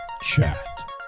Chat